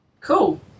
Cool